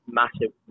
massive